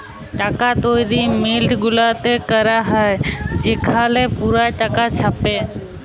টাকা তৈরি মিল্ট গুলাতে ক্যরা হ্যয় সেখালে পুরা টাকা ছাপে